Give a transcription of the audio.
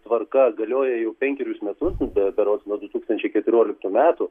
tvarka galioja jau penkerius metus be berods nuo du tūkstančiai keturioliktų metų